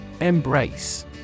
Embrace